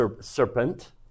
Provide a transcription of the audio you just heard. serpent